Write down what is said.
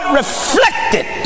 reflected